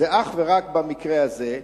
זה אך ורק במקרה הזה.